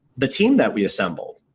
the team that we assembled,